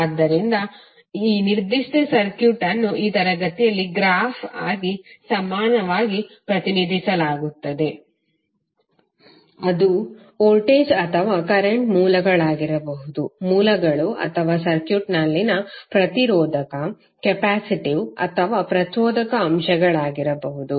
ಆದ್ದರಿಂದ ಈ ನಿರ್ದಿಷ್ಟ ಸರ್ಕ್ಯೂಟ್ ಅನ್ನು ಈ ತರಗತಿಯಲ್ಲಿ ಗ್ರಾಫ್ ಆಗಿ ಸಮಾನವಾಗಿ ಪ್ರತಿನಿಧಿಸಲಾಗುತ್ತದೆ ಅದು ವೋಲ್ಟೇಜ್ ಅಥವಾ ಕರಂಟ್ ಮೂಲಗಳಾಗಿರಬಹುದಾದ ಮೂಲಗಳು ಅಥವಾ ಸರ್ಕ್ಯೂಟ್ನಲ್ಲಿನ ಪ್ರತಿರೋಧಕ ಕೆಪ್ಯಾಸಿಟಿವ್ ಅಥವಾ ಪ್ರಚೋದಕ ಅಂಶಗಳಾಗಿರಬಹುದು